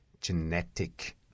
genetic